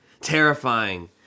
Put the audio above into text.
terrifying